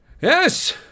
Yes